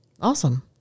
Awesome